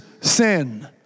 sin